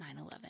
9-11